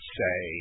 say